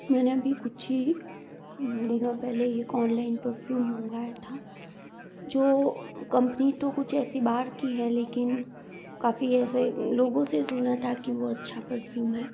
मैंने अभी कुछ ही दिनों पहले ही एक ऑनलाइन परफ्यूम मंगवाया था जो कंपनी तो कुछ ऐसी बाहर की है लेकिन काफ़ी ऐसे लोगों से सुना था कि वो अच्छा परफ्यूम है